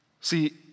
See